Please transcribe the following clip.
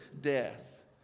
death